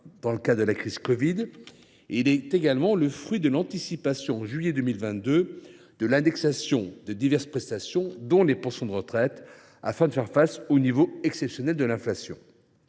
crise épidémique de covid 19. Il est également le fruit de l’anticipation, en juillet 2022, de l’indexation de diverses prestations, dont les pensions de retraite, afin de faire face au niveau exceptionnel de l’inflation.